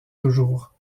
toujours